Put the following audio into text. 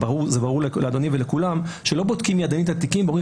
זה ברור לאדוני ולכולם שלא בודקים ידנית את התיקים ורואים